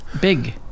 big